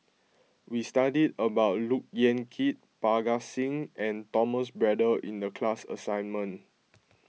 we studied about Look Yan Kit Parga Singh and Thomas Braddell in the class assignment